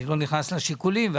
אני לא נכנס לשיקולים,